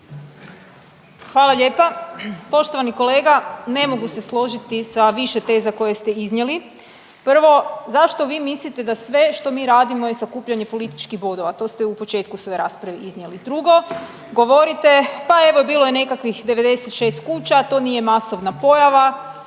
Hvala lijepa. Poštovani kolega ne mogu se složiti sa više teza koje ste iznijeli. Prvo zašto vi mislite da sve što mi radimo je sakupljanje političkih bodova. To ste u početku svoje rasprave iznijeli. Drugo govorite pa evo bilo je nekakvih 96 kuća to nije masovna pojava,